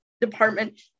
department